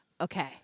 Okay